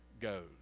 goes